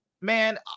man